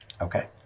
Okay